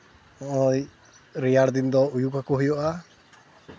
ᱱᱚᱜᱼᱚᱸᱭ ᱨᱮᱭᱟᱲ ᱫᱤᱱ ᱫᱚ ᱚᱭᱩ ᱠᱟᱠᱚ ᱦᱩᱭᱩᱜᱼᱟ